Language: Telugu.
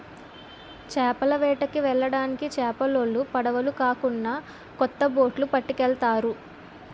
చేపల వేటకి వెళ్ళడానికి చేపలోలు పడవులు కాకున్నా కొత్త బొట్లు పట్టుకెళ్తారు